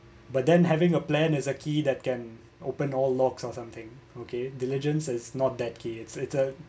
but then having a plan is a key that can open or locks or something okay diligence is not that key is is a